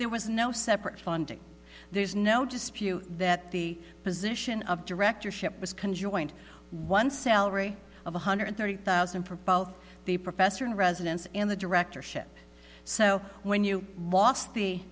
there was no separate funding there's no dispute that the position of directorship was can join one salary of one hundred thirty thousand for both the professor in residence and the directorship so when you lost the